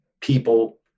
people